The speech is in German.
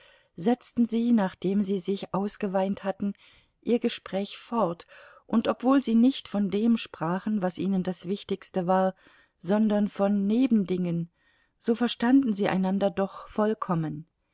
setzten sie nachdem sie sich ausgeweint hatten ihr gespräch fort und obwohl sie nicht von dem sprachen was ihnen das wichtigste war sondern von nebendingen so verstanden sie einander doch vollkommen